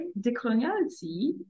decoloniality